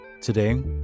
Today